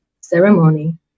ceremony